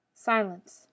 Silence